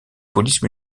police